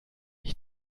ich